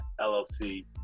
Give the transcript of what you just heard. LLC